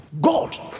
God